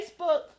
Facebook